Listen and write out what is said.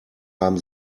haben